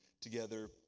together